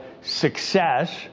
success